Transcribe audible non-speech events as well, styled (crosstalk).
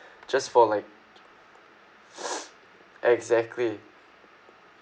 just for like (breath) exactly